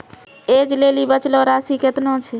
ऐज लेली बचलो राशि केतना छै?